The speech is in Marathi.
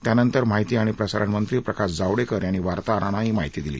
त्यानंतर माहिती आणि प्रसारणमंत्री प्रकाश जावडेकर यांनी वार्ताहरांना ही माहिती दिली